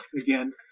again